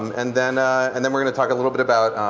um and then and then we're going to talk a little bit about